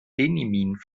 feminin